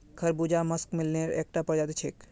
खरबूजा मस्कमेलनेर एकता प्रजाति छिके